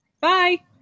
Bye